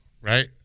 right